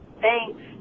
thanks